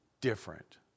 different